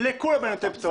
לכולם אני נותן פטור.